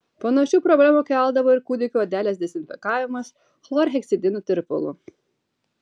panašių problemų keldavo ir kūdikių odelės dezinfekavimas chlorheksidino tirpalu